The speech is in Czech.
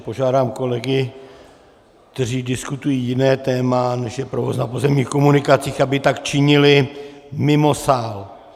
Požádám kolegy, kteří diskutují jiné téma, než je provoz na pozemních komunikacích, aby tak činili mimo sál!